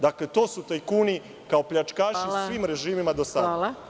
Dakle, to su tajkuni, kao pljačkaši u svim režimima do sada.